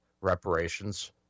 reparations